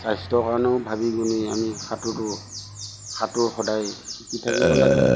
স্বাস্থ্য কাৰণেও ভাবি গুনি আমি সাঁতোৰটো সাঁতোৰ সদায় শিকি থাকিব লাগে